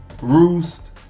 Roost